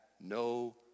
no